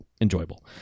enjoyable